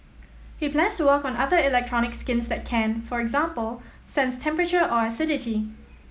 he plans to work on other electronic skins that can for example sense temperature or acidity